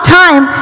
time